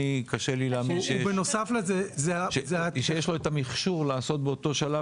אבל קשה לי להאמין שיש לו את המכשור לעשות באותו שלב